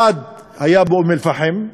אחד היה באום-אלפחם,